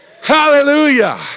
Hallelujah